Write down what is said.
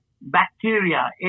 Bacteria